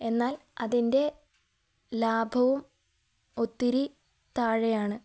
എന്നാൽ അതിൻ്റെ ലാഭവും ഒത്തിരി താഴെയാണ്